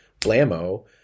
blammo